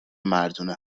مردونه